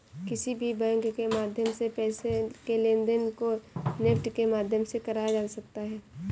किसी भी बैंक के माध्यम से पैसे के लेनदेन को नेफ्ट के माध्यम से कराया जा सकता है